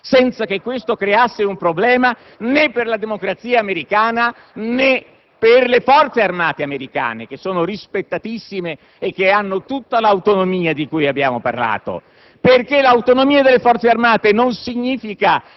rimossi entro la giornata, senza che ciò creasse un problema né per la democrazia americana né per le Forze armate americane che sono rispettatissime e hanno tutta l'autonomia di cui abbiamo parlato.